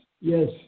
yes